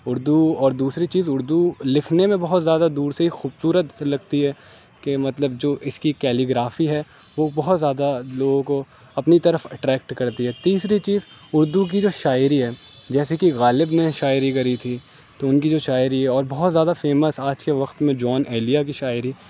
اردو اور دوسری چیز اردو لکھنے میں بہت زیادہ دور سے ہی خوبصورت لگتی ہے کہ مطلب جو اس کی کیلیگرافی ہے وہ بہت زیادہ لوگوں کو اپنی طرف اٹریکٹ کرتی ہے تیسری چیز اردو کی جو شاعری ہے جیسے کہ غالب نے شاعری کری تھی تو ان کی جو شاعری ہے اور بہت زیادہ فیمس آج کے وقت میں جون ایلیا کی شاعری